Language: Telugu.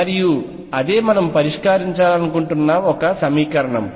మరియు ఇదే మనము పరిష్కరించాలనుకుంటున్న సమీకరణం